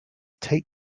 take